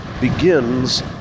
begins